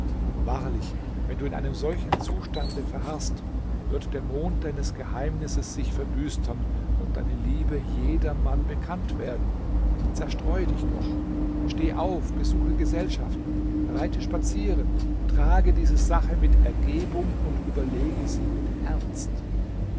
wahrlich wenn du in einem solchen zustand verharrst wird der mond deines geheimnisses sich verdüstern und deine liebe jedermann bekannt werden zerstreue dich doch steh auf besuche gesellschaften reite spazieren trage diese sache mit ergebung und überlege sie mit ernst